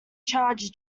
charge